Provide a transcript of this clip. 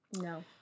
No